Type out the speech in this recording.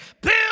build